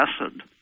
acid